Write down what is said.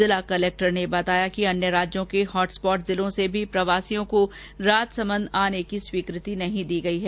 जिला कलेक्टर ने बताया कि अन्य राज्यों के हॉटस्पॉट जिलों से भी प्रवासियों को राजसमंद आने की स्वीकृति नहीं दी गयी है